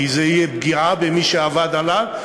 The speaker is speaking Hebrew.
כי זו תהיה פגיעה במי שעבד עליו,